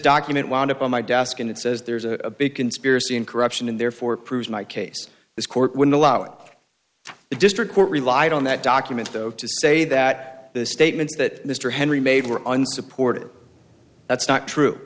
document wound up on my desk and it says there's a big conspiracy and corruption and therefore proves my case this court would allow it the district court relied on that document to say that the statements that mr henry made were unsupported that's not true